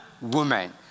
woman